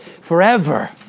forever